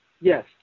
Yes